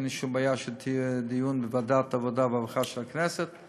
אין לי שום בעיה שיהיה דיון בוועדת העבודה והרווחה של הכנסת.